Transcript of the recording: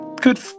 good